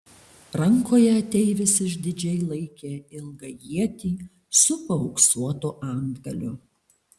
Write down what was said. rankoje ateivis išdidžiai laikė ilgą ietį su paauksuotu antgaliu